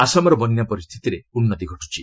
ଆସାମର ବନ୍ୟା ପରିସ୍ଥିତିରେ ଉନ୍ନତି ଘଟୁଛି